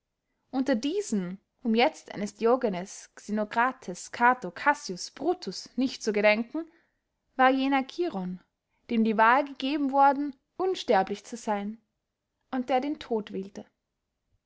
unter diesen um jetzt eines diogenes xenokrates cato cassius brutus nicht zu gedenken war jener chiron dem die wahl gegeben worden unsterblich zu seyn und der den tod